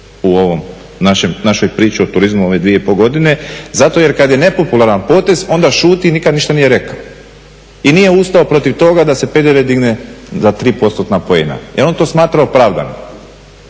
u ovoj našoj priči o turizmu u ove 2,5 godine zato jer kad je nepopularan potez onda šuti i nikad ništa nije rekao i nije ustao protiv toga da se PDV digne za tri postotna poena jer on to smatra opravdanim.